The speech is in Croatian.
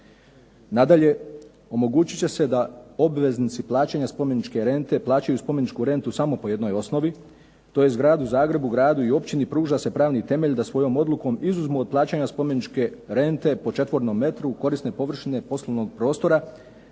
Nadalje, omogućit će se da obveznici plaćanja spomeničke rente plaćaju spomeničku rentu samo po jednoj osnovi, tj. Gradu Zagrebu, gradu i općini pruža se pravni temelj da svojom odlukom izuzmu od plaćanja spomeničke rente po četvornom metru korisne površine poslovnog prostora.